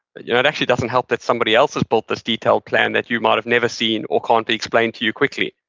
but yeah it actually doesn't help that somebody else has built this detailed plan that you might've never seen or can't be explained to you quickly.